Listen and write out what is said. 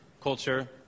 culture